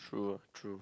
true ah true